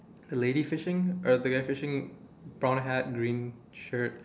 the lady fishing or the guy fishing brown hat green shirt